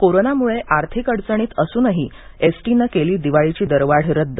कोरोनामुळे आर्थिक अडचणीत असूनही एसटीनं केली दिवाळीची दरवाढ रद्द